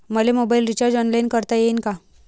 मले mobile recharge online करता येईन का?